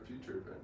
future